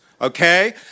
okay